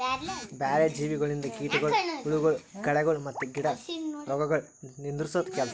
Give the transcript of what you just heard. ಬ್ಯಾರೆ ಜೀವಿಗೊಳಿಂದ್ ಕೀಟಗೊಳ್, ಹುಳಗೊಳ್, ಕಳೆಗೊಳ್ ಮತ್ತ್ ಗಿಡ ರೋಗಗೊಳ್ ನಿಂದುರ್ಸದ್ ಕೆಲಸ